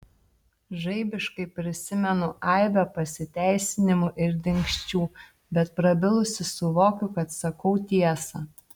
žaibiškai prisimenu aibę pasiteisinimų ir dingsčių bet prabilusi suvokiu kad sakau tiesą